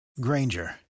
Granger